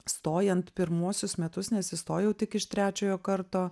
stojant pirmuosius metus nes įstojau tik iš trečiojo karto